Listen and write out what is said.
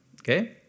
Okay